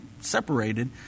separated